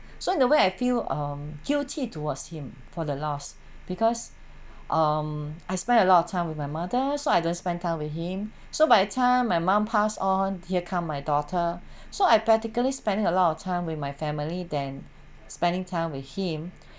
so in a way I feel um guilty towards him for the last because um I spend a lot of time with my mother so I don't spend time with him so by the time my mom pass on here come my daughter so I practically spending a lot of time with my family than spending time with him